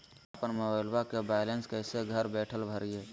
हमरा अपन मोबाइलबा के बैलेंस कैसे घर बैठल भरिए?